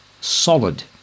solid